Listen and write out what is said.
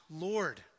Lord